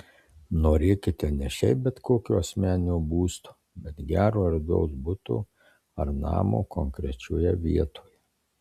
norėkite ne šiaip bet kokio asmeninio būsto bet gero erdvaus buto ar namo konkrečioje vietoje